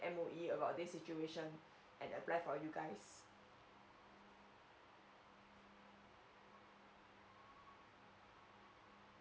M_O_E about this situation and apply for you guys mm